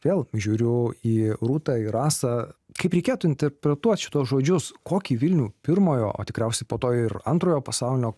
vėl žiūriu į rūtą į rasą kaip reikėtų interpretuot šituos žodžius kokį vilnių pirmojo o tikriausiai po to ir antrojo pasaulinio